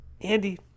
andy